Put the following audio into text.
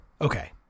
Okay